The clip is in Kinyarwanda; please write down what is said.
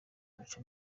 bica